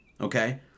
Okay